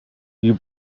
you